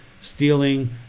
stealing